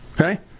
okay